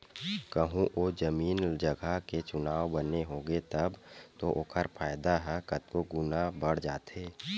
कहूँ ओ जमीन जगा के चुनाव बने होगे तब तो ओखर फायदा ह कतको गुना बड़ जाथे